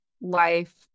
life